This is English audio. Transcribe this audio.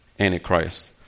antichrist